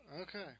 Okay